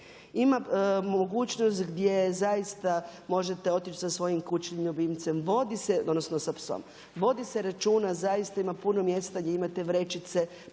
Ima mogućnost gdje zaista možete otići sa svojim kućnim ljubimcem, vodi se, odnosno sa psom, vodi se računa, zaista ima puno mjesta gdje imate vrećice